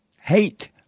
Hate